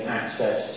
access